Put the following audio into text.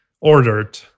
ordered